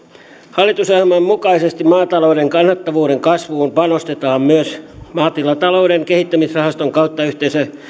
hallitusohjelman mukaisesti maatalouden kannattavuuden kasvuun panostetaan myös maatilatalouden kehittämisrahaston kautta